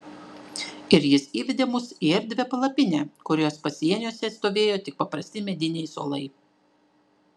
ir jis įvedė mus į erdvią palapinę kurios pasieniuose stovėjo tik paprasti mediniai suolai